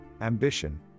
ambition